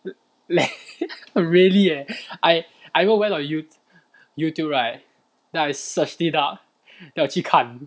really leh I I even went on you~ Youtube right then I searched it up then 我去看